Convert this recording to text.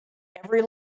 every